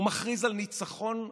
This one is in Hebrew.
הוא מכריז על ניצחון,